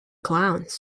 clowns